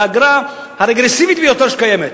זו האגרה הרגרסיבית ביותר שקיימת,